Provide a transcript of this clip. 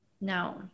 No